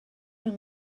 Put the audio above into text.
yng